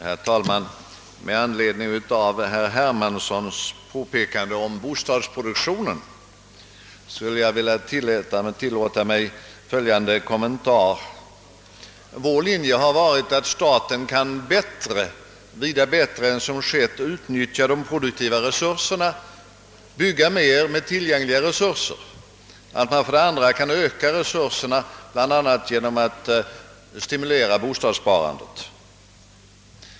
Herr talman! Med anledning av herr Hermanssons påpekande om bostadsproduktionen skulle jag vilja göra. följande kommentar. - Vår linje har varit dels att staten vida bättre än som skett kan utnyttja de pror duktiva resurserna, bygga mer med till; gängliga resurser, dels att man kan öka resurserna bl.a. genom att stimulera bostadssparandet.